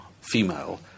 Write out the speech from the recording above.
female